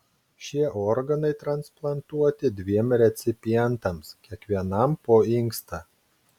šie organai transplantuoti dviem recipientams kiekvienam po inkstą